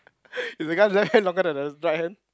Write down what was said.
is the guy's left hand longer than the right hand